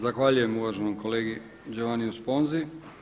Zahvaljujem uvaženom kolegi Giovanniu Sponzi.